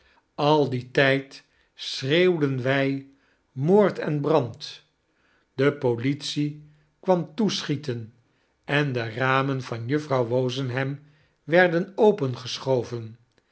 al dien tijd schreeuwden wy moord en brand de politie kwam toeschieten en de ramen van juffrouw wozenham werden